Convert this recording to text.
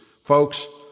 folks